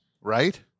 right